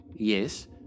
Yes